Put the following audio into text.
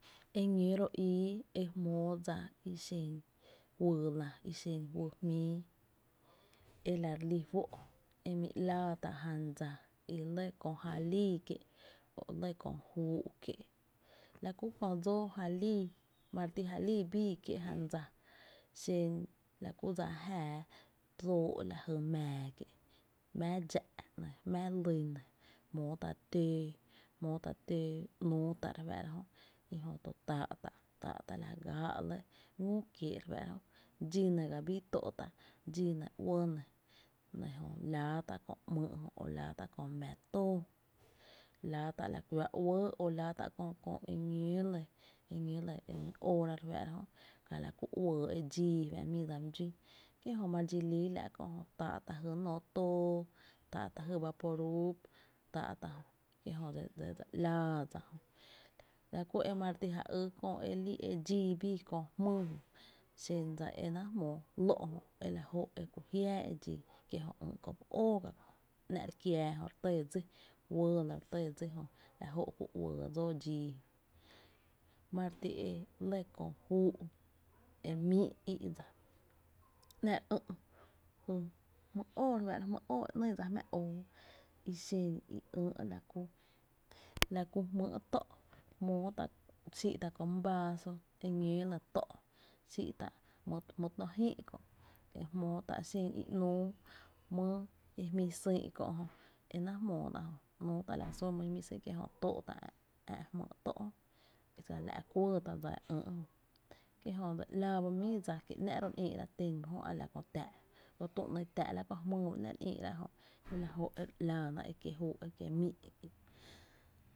Eñóo ro íi e jmóo dsa i xen juyy la i xen juyy jmíi e la re lí fó’ e mi ‘laa tá’ jan dsa e la ku lɇ köö dsóo kié’ la ku kö dsóó jalii, mare ti ja lii bii kié’ jan dsa, xen la ku dsa jáaá, tóo’ la ku jy mⱥⱥ kié’, la ku mⱥ dxá’ nɇ, mⱥ ly nɇ jmóotá’ tǿǿ, jmóotá’ tǿǿ ‘núú tá’ e fáá’ra jö, e jö tó’ táá’ tá’ la gáá’ ngü kiee’ tá’, dxí ne bii táá’ tá’, dxíne, ngü ne, nɇ jö laa tá’ kö ‘myy’ nɇ o laa tá’ kö mⱥⱥ tóo laa ta’ la kuⱥⱥ’ uɇɇ o lala tá’ e ñoo lɇ e ñóo lɇ ka la ku uɇɇ e dxíi fá’ mii dsa my dxún, kie’ jö ma re dxi líi la’ táá’ tá’ jy nóoó tóó tá’ tá’ jy vaporub tá’ tá’, kie’ jö dse ‘laá dsa, la ku e mare ti ja yy köö e dxíí bii la kú jmýy, e náá’ jmóó dsa ‘ló’ kie’ jö ýy kö my óó, jö ‘nⱥ’ re kiää jö re tɇɇ dsí, uɇɇ lɇ re tɇɇ dsí jö la joo’ e ku uɇɇ dsóó dxii jö, ma re ti lɇ köö juu’ e mii’ í’ dsa, ‘nⱥ’ re ï’ jy jmý’ óó e ‘nyy dsa jmáá oo, i xen i ïï’ la ku jmý’ tó’, jmótá’ kö my vaaso e xií’ tá’ tó’, xíítá’ jmý’ tó’ jïï kö’ jmóó tá’ xen i ‘nüü jmý’ i jmí xÿÿ kö’, enáá’ jmóó tá’, ‘nüü tá’ la jy sún mý i jmí sÿÿ’ kié’ jö tóó’ tá’ ä’ jmýy’ tó’ jö kie ta lá’ re kuɇɇ tá’ dsa e ïï’ jö kie’ jö dse ‘laa ba míi dsa, ki tén ro ‘nⱥ’ re ïï’ra kö tü, ‘ny táá’ la kö jmýy ba ‘nⱥ’ re ïï’ra e jö e la jóó’ e re ‘laa ná e kiee’ júu’ ekiee’ míi’.